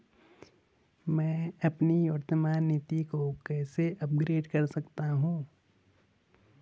मैं अपनी वर्तमान नीति को कैसे अपग्रेड कर सकता हूँ?